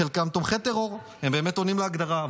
חלקם תומכי טרור, הם באמת עונים להגדרה.